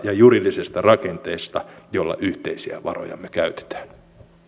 muodosta ja juridisesta rakenteesta jolla yhteisiä varojamme käytetään